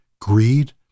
greed